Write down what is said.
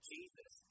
Jesus